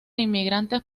inmigrantes